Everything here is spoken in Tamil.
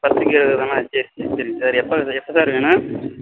பத்துக்கு இருபது தானே சரி சரி சரி சார் எப்போது சார் எப்போது சார் வேணும்